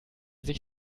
sich